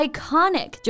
Iconic